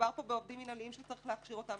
מדובר פה בעובדים מינהליים שצריך להכשיר אותם,